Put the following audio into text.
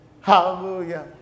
Hallelujah